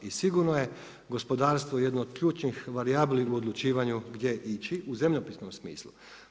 I sigurno je gospodarstvo jedno od ključnih varijabli u odlučivanju gdje ići u zemljopisnom smislu.